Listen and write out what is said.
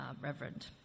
reverend